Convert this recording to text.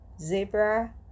zebra